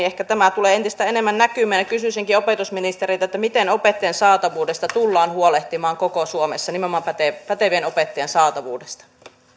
ehkä tämä tulee entistä enemmän näkymään tulevissakin tuloksissa kuten pisa tuloksissa kysyisinkin opetusministeriltä miten opettajien saatavuudesta tullaan huolehtimaan koko suomessa nimenomaan pätevien opettajien saatavuudesta